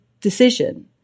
decision